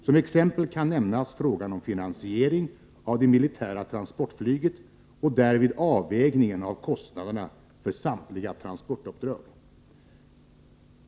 Som exempel kan nämnas frågan om finansiering av det militära transportflyget och därvid avvägningen av kostnaderna för samtliga transportuppdrag.